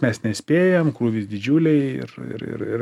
mes nespėjam krūvis didžiuliai ir ir ir ir